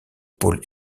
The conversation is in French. pôle